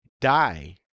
die